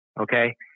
Okay